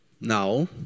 now